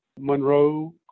Monroe